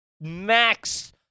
max